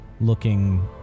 looking